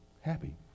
happy